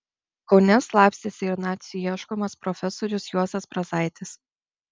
kaune slapstėsi ir nacių ieškomas profesorius juozas brazaitis